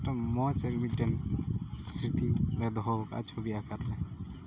photo ᱢᱚᱡᱽ ᱮᱠ ᱢᱤᱫᱴᱮᱱ ᱥᱤᱨᱛᱤ ᱞᱮ ᱫᱚᱦᱚ ᱟᱠᱟᱜᱼᱟ ᱪᱷᱩᱵᱤ ᱟᱠᱟᱨ ᱛᱮ